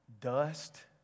Dust